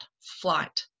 flight